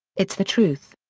it's the truth.